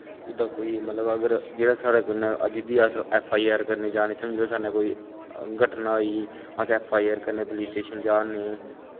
मतलब जेह्ड़ा साढ़ै कन्नै अगर अस ऐफ्फ आई आर करने गी जा'रने समझी लैओ साढ़ै कन्नैं कोई घटना होई अस ऐफ्फ आई आर करने पुलिस स्टेशन जा करने